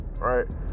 right